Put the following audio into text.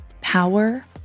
power